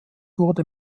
wurde